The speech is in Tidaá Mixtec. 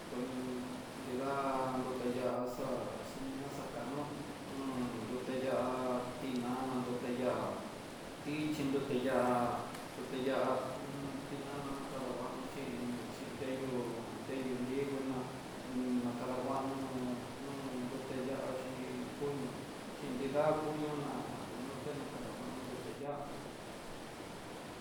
Kuem nrida notiyaxa xhinena xakanó, nruté ya'á tinana, nrute ya'á tichí, nruté ya'á tuté ya'á nakanguano xhin xhin deyú on dengui ndeguiná, dakadanguano nruté ya'á xhin koño xhin nrida koño ná kuenote na kadanguano nruté ya'á.